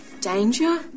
Danger